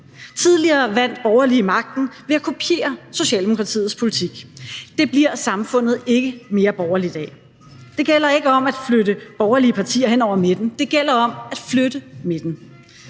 Tidligere vandt borgerlige magten ved at kopiere Socialdemokratiets politik. Det bliver samfundet ikke mere borgerligt af. Det gælder ikke om at flytte borgerlige partier hen over midten; det gælder om at flytte midten.